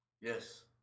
Yes